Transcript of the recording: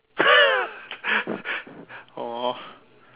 !aww!